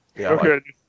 Okay